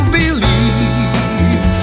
believe